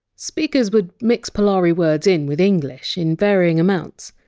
speakers would mix polari words in with english, in varying amounts.